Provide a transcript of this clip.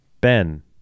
Ben